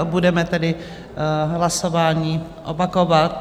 Budeme tedy hlasování opakovat.